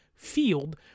Field